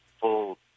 full